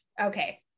okay